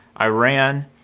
Iran